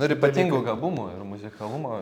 nu ir ypatingų gabumų ir muzikalumo